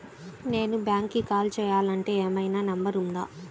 నేను బ్యాంక్కి కాల్ చేయాలంటే ఏమయినా నంబర్ ఉందా?